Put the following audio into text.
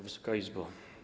Wysoka Izbo!